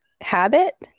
habit